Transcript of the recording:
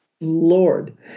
Lord